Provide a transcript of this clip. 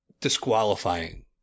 disqualifying